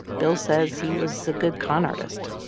bill says he was a good con artist.